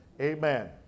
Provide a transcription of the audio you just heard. Amen